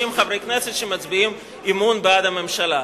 חברי כנסת שמצביעים בעד אי-אמון בממשלה.